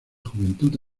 juventud